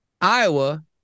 Iowa